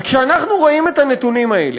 כשאנחנו רואים את הנתונים האלה,